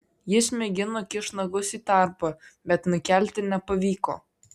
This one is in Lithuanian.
jis mėgino kišt nagus į tarpą bet nukelti nepavyko